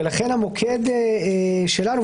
ולכן המוקד שלנו,